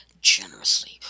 generously